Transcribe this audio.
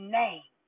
name